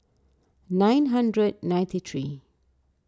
nine hundred ninety three